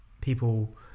People